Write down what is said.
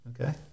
okay